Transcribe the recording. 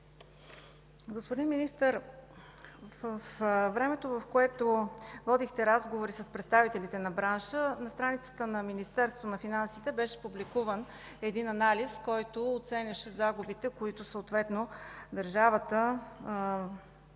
Господин Министър, във времето, в което водихте разговори с представителите на бранша, на страницата на Министерството на финансите беше публикуван един анализ, който оценяваше загубите, които съответно държавата има